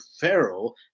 Pharaoh